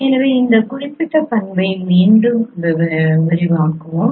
எனவே இந்த குறிப்பிட்ட பண்பை மீண்டும் விரிவாக்குவோம்